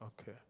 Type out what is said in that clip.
Okay